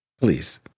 please